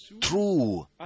true